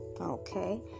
okay